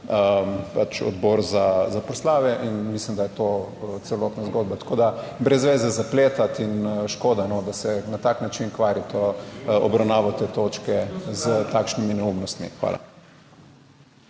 pač Odbor za proslave in mislim, da je to celotna zgodba. Tako, da brez veze zapletati in škoda, da se na tak način kvari to obravnavo te točke s takšnimi neumnostmi. Hvala.